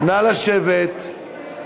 נא לשבת.